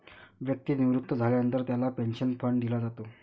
व्यक्ती निवृत्त झाल्यानंतर त्याला पेन्शन फंड दिला जातो